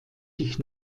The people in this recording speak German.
sich